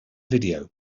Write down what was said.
video